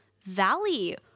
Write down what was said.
valley